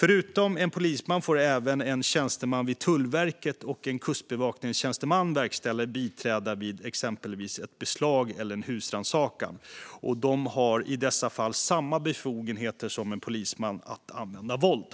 Förutom en polisman får även en tjänsteman vid Tullverket och en kustbevakningstjänsteman verkställa eller biträda vid exempelvis ett beslag eller en husrannsakan, och de har i dessa fall samma befogenheter som en polisman att använda våld.